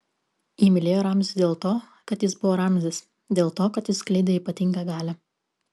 ji mylėjo ramzį dėl to kad jis buvo ramzis dėl to kad jis skleidė ypatingą galią